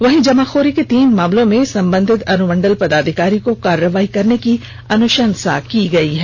वहीं जमाखोरी के तीन मामलों में संबंधित अनुमंडल पदाधिकारी को कार्रवाई करने की अनुशंसा की गई है